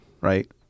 Right